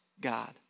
God